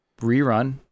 rerun